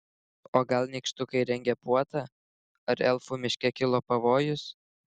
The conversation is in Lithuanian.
o gal nykštukai rengia puotą ar elfų miške kilo pavojus